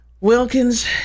Wilkins